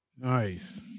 Nice